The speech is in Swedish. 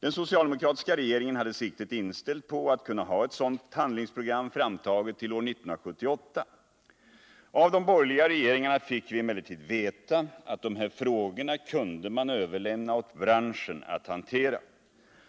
Den socialdemokratiska regeringen hade siktet inställt på att kunna ha ett sådant handlingsprogram framtaget till år 1978. Av de borgerliga regeringarna fick vi emellertid veta att de här frågorna kunde man överlämna åt branschen att hantera.